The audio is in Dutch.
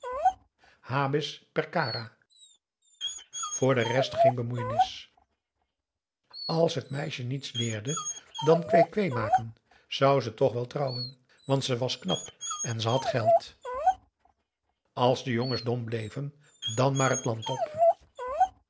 habis perkara voor de rest geen bemoeienis als het meisje niets leerde dan kwee-kwee maken zou ze toch wel trouwen want ze was knap en ze had geld als de jongens dom bleven dan maar het land op